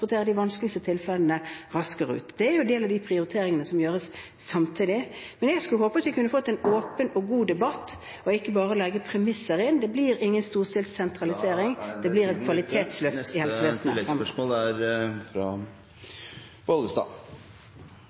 de vanskeligste tilfellene raskere ut. Det er en del av de prioriteringene som gjøres samtidig. Men jeg hadde håpet at vi kunne fått en åpen og god debatt og ikke bare legge premisser. Det blir ingen storstilt sentralisering, det blir et kvalitetsløft i helsevesenet. Da er tiden ute. Olaug V. Bollestad